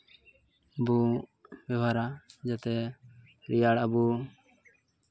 ᱫᱚ ᱵᱮᱵᱚᱦᱟᱨᱟ ᱡᱟᱛᱮ ᱨᱮᱭᱟᱲ ᱟᱵᱚ